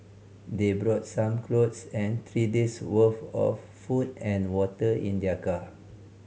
they brought some clothes and three days worth of food and water in their car